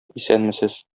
исәнмесез